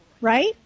right